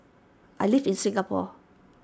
I live in Singapore